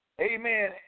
Amen